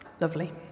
Lovely